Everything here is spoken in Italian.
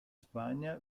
spagna